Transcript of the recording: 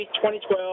2012